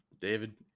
David